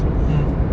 mm